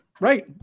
Right